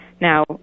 Now